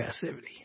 passivity